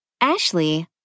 Ashley